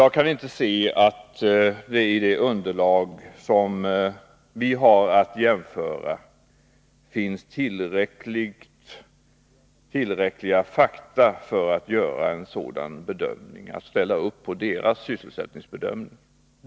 Jag kaninte se att det i det underlag vi har finns tillräckliga fakta för att ställa upp på PLM:s sysselsättningsbedömning.